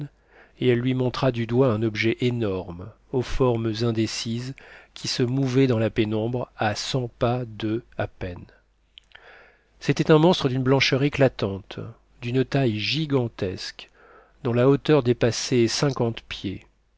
et elle lui montra du doigt un objet énorme aux formes indécises qui se mouvait dans la pénombre à cent pas d'eux à peine c'était un monstre d'une blancheur éclatante d'une taille gigantesque dont la hauteur dépassait cinquante pieds